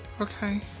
Okay